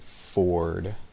Ford